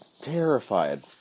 terrified